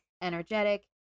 energetic